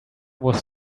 was